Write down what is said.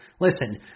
Listen